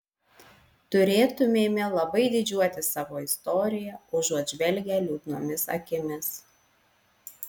turėtumėme labai didžiuotis savo istorija užuot žvelgę liūdnomis akimis